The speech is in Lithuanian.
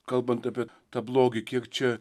kalbant apie tą blogį kiek čia